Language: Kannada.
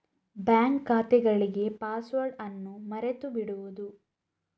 ಬ್ಯಾಂಕ್ ಖಾತೆಗಳಿಗೆ ಪಾಸ್ವರ್ಡ್ ಅನ್ನು ಮರೆತು ಬಿಡುವುದು